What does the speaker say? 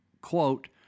quote